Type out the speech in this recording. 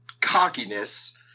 cockiness